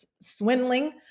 swindling